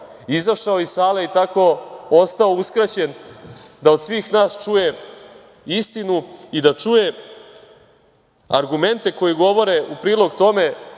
izašao iz sale i tako ostao uskraćen da od svih nas čuje istinu i da čuje argumente koji govore u prilog tome